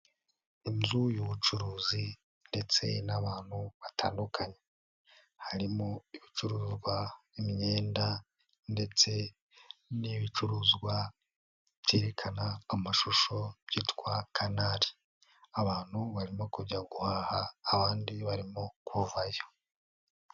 Inzu y'ubucuruzi,, ndetse n'abantu batandukanye, harimo ibicuruzwa, imyenda, ndetse n'ibicuruzwa byerekana amashusho byitwa CANAL, abantu barimo kujya guhaha, abandi barimo kuvayo.